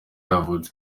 yavutse